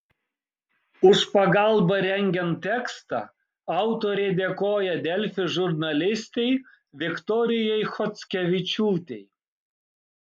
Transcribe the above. už pagalbą rengiant tekstą autorė dėkoja delfi žurnalistei viktorijai chockevičiūtei